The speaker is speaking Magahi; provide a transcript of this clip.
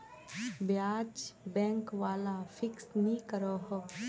ब्याज़ बैंक वाला फिक्स नि करोह